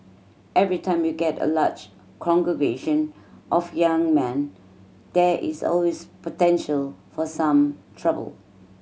every time you get a large congregation of young men there is always potential for some trouble